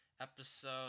episode